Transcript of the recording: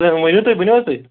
تہٕ ؤنِو تُہۍ ؤنِو حظ تُہۍ